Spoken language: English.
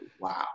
wow